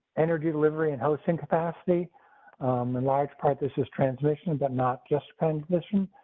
energy delivery and housing capacity and lives practices transmission, but not just transmission.